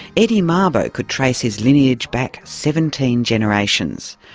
eddie mabo could trace his lineage back seventeen generations,